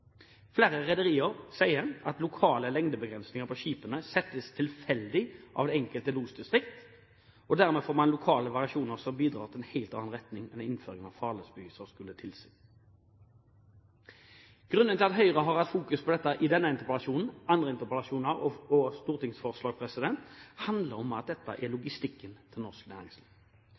Flere rederier sier at lokale lengdebegrensninger på skipene settes tilfeldig av det enkelte losdistrikt. Dermed får man lokale variasjoner som bidrar til en helt annen retning enn innføringen av farledsbeviser skulle tilsi. Grunnen til at Høyre har hatt fokus på dette i denne interpellasjonen, andre interpellasjoner og stortingsforslag, handler om at dette er logistikken til norsk næringsliv.